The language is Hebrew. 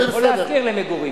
או להשכיר, או להשכיר למגורים.